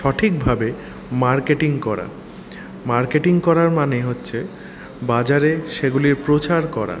সঠিকভাবে মার্কেটিং করা মার্কেটিং করার মানে হচ্ছে বাজারে সেগুলির প্রচার করা